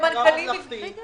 הם שינהלו את הוועדה.